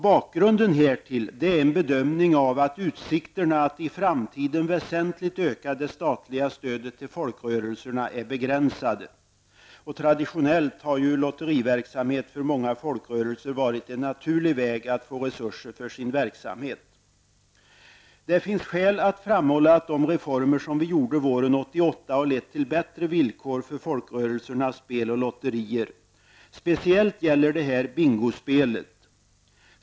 Bakgrunden härtill är en bedömning av att utsikterna att i framtiden väsentligt öka det statliga stödet till folkrörelserna är begränsade. Traditionellt har lotteriverksamhet för många folkrörelser varit en naturlig väg att få resurser för sin verksamhet. Det finns skäl att framhålla att de reformer som vi genomförde våren 1988 har lett till bättre villkor för folkrörelsernas spel och lotterier. Speciellt gäller detta bingospelet.